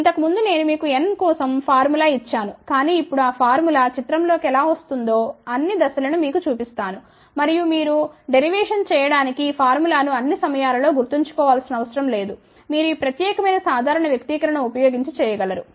ఇంతకుముందు నేను మీకు n కోసం ఫార్ములా ఇచ్చాను కాని ఇప్పుడు ఆ ఫార్ములా చిత్రం లోకి ఎలా వస్తుందో అన్ని దశ లను మీకు చూపిస్తాను మరియు మీరు డెరివేషన్ చేయడానికి ఈ ఫార్ములా ను అన్ని సమయాలలో గుర్తుంచుకోనవసరం లేదు మీరు ఈ ప్రత్యేకమైన సాధారణ వ్యక్తీకరణ ను ఉపయోగించి చేయగలరు